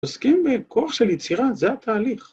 ‫עוסקים בכוח של יצירה, זה התהליך.